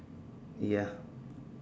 ya